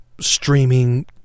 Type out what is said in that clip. streaming